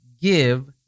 give